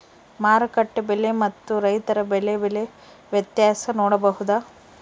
ಮಾರುಕಟ್ಟೆ ಬೆಲೆ ಮತ್ತು ರೈತರ ಬೆಳೆ ಬೆಲೆ ವ್ಯತ್ಯಾಸ ನೋಡಬಹುದಾ?